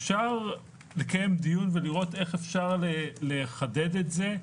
אפשר לקיים דיון ולראות איך אפשר לחדד את זה.